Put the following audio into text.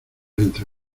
entre